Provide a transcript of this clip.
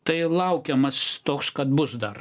tai laukiamas toks kad bus dar